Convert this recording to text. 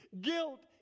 Guilt